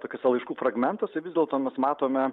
tokiuose laiškų fragmentuose vis dėlto mes matome